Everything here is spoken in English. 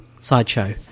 sideshow